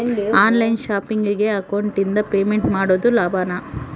On line ಶಾಪಿಂಗಿಗೆ ಅಕೌಂಟಿಂದ payment ಮಾಡೋದು ಲಾಭಾನ?